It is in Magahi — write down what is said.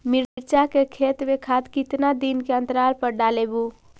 मिरचा के खेत मे खाद कितना दीन के अनतराल पर डालेबु?